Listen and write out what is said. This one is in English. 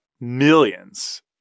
millions